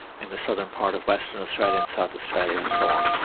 and the southern part of western australia and south australia and so on.